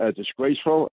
disgraceful